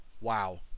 Wow